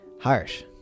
harsh